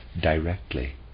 DIRECTLY